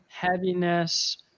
Heaviness